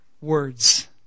words